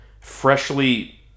freshly